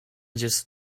just